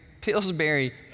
Pillsbury